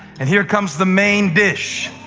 and here comes the main dish.